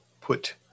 put